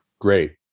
Great